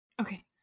Okay